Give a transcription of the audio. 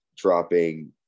dropping